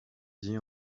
dit